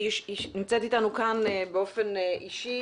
נמצאת איתנו כאן באופן אישי